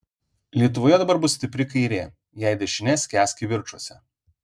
lietuvoje dabar bus stipri kairė jei dešinė skęs kivirčuose